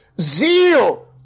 Zeal